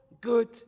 good